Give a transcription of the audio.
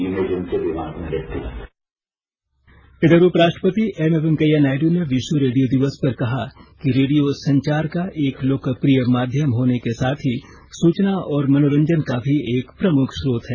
इधर उपराष्ट्रपति एम वेंकैया नायड् ने विश्व रेडियो दिवस पर कहा कि रेडियो संचार का एक लोकप्रिय माध्यम होने के साथ ही सूचना और मनोरंजन का भी एक प्रमुख स्रोत है